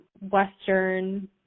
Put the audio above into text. Western